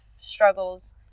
struggles